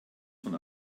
von